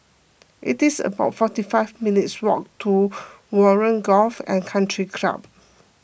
it's about forty five minutes' walk to Warren Golf and Country Club